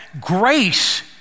grace